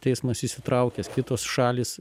teismas įsitraukęs kitos šalys